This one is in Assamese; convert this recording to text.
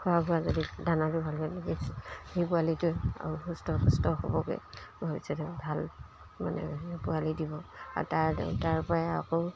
খোৱা খোৱা যদি দানাটো ভালকৈ লাগি সেই পোৱালিটোৱে আৰু সুস্থ সুস্থ হ'বগৈ হৈছে ভাল মানে পোৱালি দিব আৰু তাৰ তাৰপৰাই আকৌ